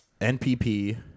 NPP